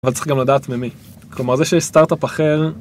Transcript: אבל צריך גם לדעת ממי, כלומר זה שיש סטארט-אפ אחר.